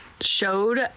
showed